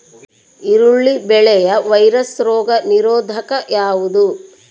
ಈರುಳ್ಳಿ ಬೆಳೆಯ ವೈರಸ್ ರೋಗ ನಿರೋಧಕ ಯಾವುದು?